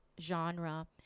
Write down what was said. genre